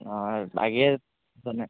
অঁ লাগে